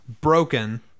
broken